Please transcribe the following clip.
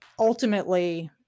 Ultimately